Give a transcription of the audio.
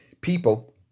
people